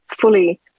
fully